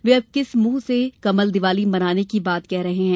वे अब किस मुंह से कमल दीपावली मनाने की बात कर रहे हैं